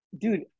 dude